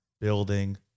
Building